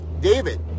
David